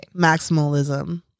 Maximalism